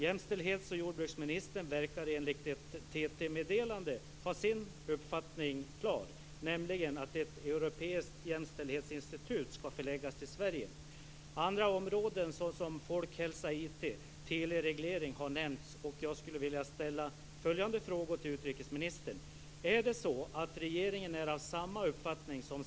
Jämställdhets och jordbruksministern verkar enligt ett TT-meddelande ha sin uppfattning klar, nämligen att ett europeiskt jämställdhetsinstitut skall förläggas till Sverige. Andra områden såsom folkhälsa, IT och telereglering har också nämnts.